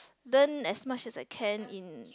learn as much as I can in